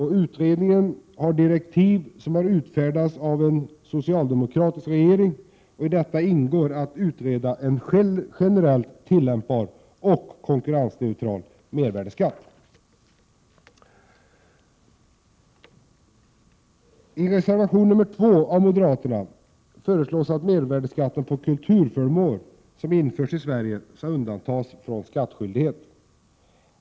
Utredningen har direktiv som har utfärdats av en socialdemokratisk regering. I dessa ingår att utreda en generellt tillämpbar och konkurrensneutral mervärdeskatt. I reservation nr 2 av moderaterna föreslås att mervärdeskatten på kulturföremål som införs i Sverige skall undantas från skattskyldighet.